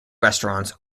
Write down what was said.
restaurants